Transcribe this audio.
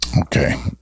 Okay